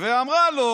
ואמרה לו: